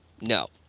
no